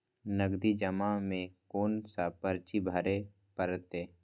नगदी जमा में कोन सा पर्ची भरे परतें?